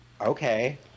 Okay